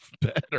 better